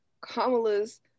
Kamala's